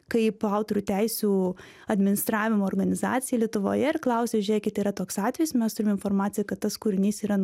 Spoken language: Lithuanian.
kaip autorių teisių administravimo organizacija lietuvoje ir klausia žiūrėkite yra toks atvejis mes turime informaciją kad tas kūrinys yra